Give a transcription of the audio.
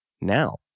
Now